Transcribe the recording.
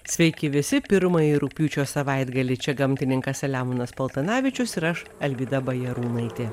sveiki visi pirmąjį rugpjūčio savaitgalį čia gamtininkas selemonas paltanavičius ir aš alvyda bajarūnaitė